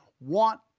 want